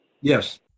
Yes